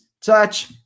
Touch